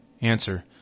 Answer